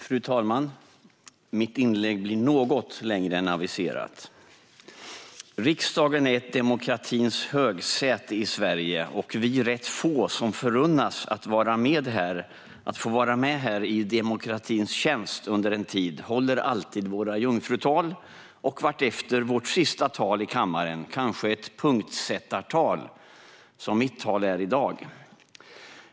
Fru talman! Mitt inlägg blir något längre än aviserat. Riksdagen är ett demokratins högsäte i Sverige. Vi rätt få som förunnas att få vara med här i demokratins tjänst under en tid håller alltid våra jungfrutal och vartefter vårt sista tal i kammaren, kanske ett punktsättartal som mitt tal är i dag.